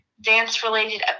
dance-related